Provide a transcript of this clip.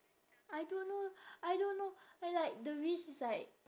I don't know I don't know I like the wish is like